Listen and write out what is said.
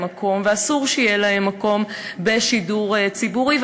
מקום ואסור שיהיה להם מקום בשידור ציבורי.